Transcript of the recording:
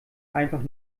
einfach